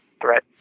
threat